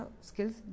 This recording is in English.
skills